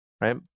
right